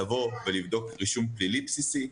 לבוא ולבדוק רישום פלילי בסיסי.